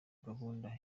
gahunda